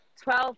twelve